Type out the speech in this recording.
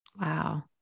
Wow